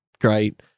great